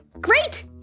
Great